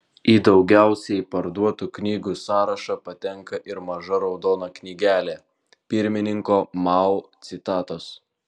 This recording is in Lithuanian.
į daugiausiai parduotų knygų sąrašą patenka ir maža raudona knygelė pirmininko mao citatos